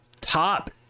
Top